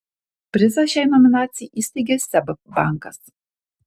prizą šiai nominacijai įsteigė seb bankas